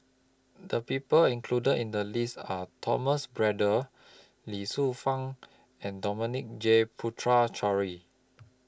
The People included in The list Are Thomas Braddell Ye Shufang and Dominic J Puthucheary